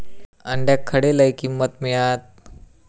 अंड्याक खडे लय किंमत मिळात?